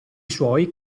suoi